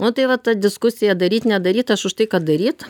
nu tai va ta diskusija daryt nedaryt aš už tai kad daryt